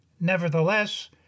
Nevertheless